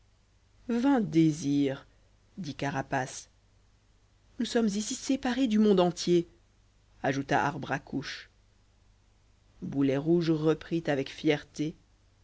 désirs dit carapace nous sommes ici séparés du monde entier ajouta arbre à couche boulet rouge reprit avec fierté